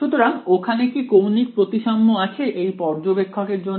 সুতরাং ওখানে কি কৌণিক প্রতিসাম্য আছে এই পর্যবেক্ষকের জন্য